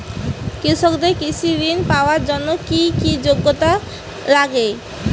কৃষকদের কৃষি ঋণ পাওয়ার জন্য কী কী যোগ্যতা লাগে?